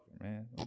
man